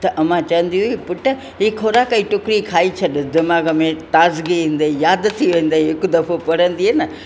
त अमा चवंदी हुई पुटु ही राक जी टुकड़ी खाई छॾु दिमाग में ताज़गी ईंदई याद थी वेंदई हिकु दफ़ो पढ़ंदीअ न